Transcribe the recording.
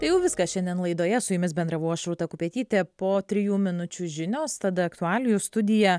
jau viskas šiandien laidoje su jumis bendravau aš rūta kupetytė po trijų minučių žinios tada aktualijų studija